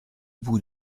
bout